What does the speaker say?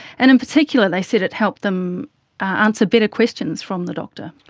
and in particular they said it helped them answer better questions from the doctor.